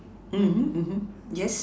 yes